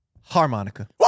Harmonica